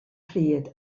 pryd